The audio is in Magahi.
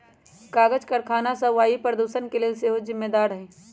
कागज करखना सभ वायु प्रदूषण के लेल सेहो जिम्मेदार हइ